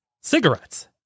cigarettes